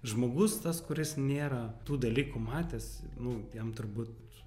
žmogus tas kuris nėra tų dalykų matęs nu jam turbūt